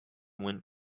went